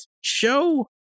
show